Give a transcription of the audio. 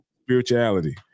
Spirituality